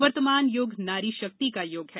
वर्तमान यूग नारी शक्ति का यूग है